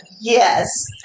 Yes